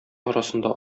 арасында